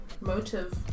motive